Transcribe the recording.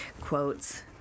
quotes